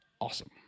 awesome